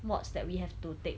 mods that we have to take